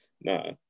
nah